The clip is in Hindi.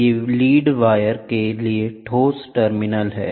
ये लीड वायर के लिए ठोस टर्मिनल हैं